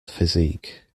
physique